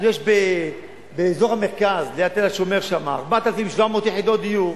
יש באזור המרכז, ליד תל-השומר, 4,700 יחידות דיור.